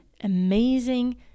amazing